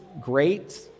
great